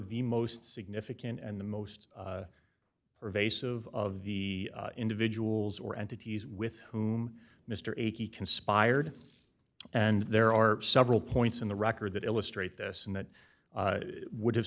the most significant and the most pervasive of the individuals or entities with whom mr ag conspired and there are several points in the record that illustrate this and that would have